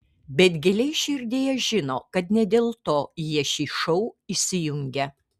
bet giliai širdyje žino kad ne dėl to jie šį šou įsijungia